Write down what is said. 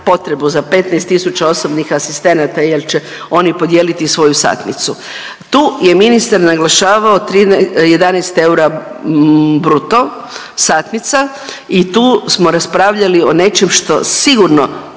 potreba 15000 osobnih asistenata jer će oni podijeliti svoju satnicu. Tu je ministar naglašavao 11 eura bruto satnica i tu smo raspravljali o nečem što sigurno